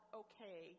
okay